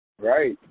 Right